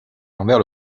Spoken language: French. envers